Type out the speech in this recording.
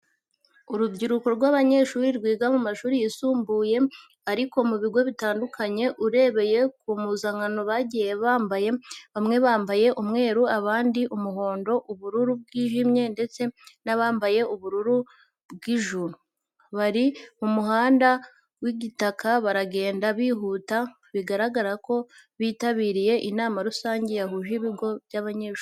Urubyiruko rw'abanyeshuri rwiga mu mashuri yisumbuye ariko mu bigo bitandukanye urebeye ku mpuzankano bagiye bambaye. Bamwe bambaye umweru, abandi umuhondo, ubururu bwijimye ndetse n'abambaye ubururu bw'ijuru. Bari mu muhanda w'igitaka baragenda bihuta bigaragara ko bitabiriye inama rusange yahuje ibigo by'amashuri.